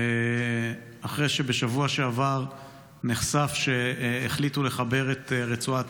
אחרי שבשבוע שעבר נחשף שהחליטו לחבר את רצועת